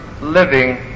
living